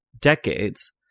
decades